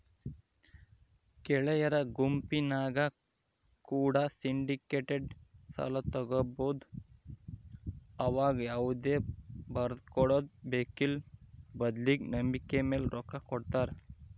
ಗೆಳೆಯರ ಗುಂಪಿನ್ಯಾಗ ಕೂಡ ಸಿಂಡಿಕೇಟೆಡ್ ಸಾಲ ತಗಬೊದು ಆವಗ ಯಾವುದೇ ಬರದಕೊಡದು ಬೇಕ್ಕಿಲ್ಲ ಬದ್ಲಿಗೆ ನಂಬಿಕೆಮೇಲೆ ರೊಕ್ಕ ಕೊಡುತ್ತಾರ